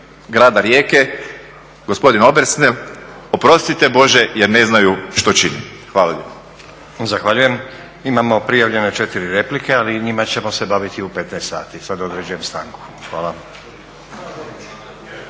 grada Rijeke, gospodin …, oprostite Bože jer ne znaju što čine. Hvala lijepo. **Stazić, Nenad (SDP)** Zahvaljujem. Imamo prijavljene 4 replike, ali njima ćemo se baviti u 15 sati. Sada određujem stanku. Hvala.